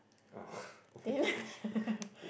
then